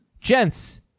Gents